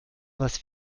was